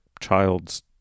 child's